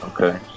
Okay